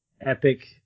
epic